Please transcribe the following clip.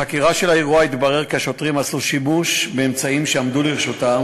מחקירת האירוע התברר כי השוטרים עשו שימוש באמצעים שעמדו לרשותם,